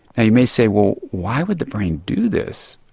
you may say, well, why would the brain do this?